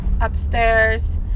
upstairs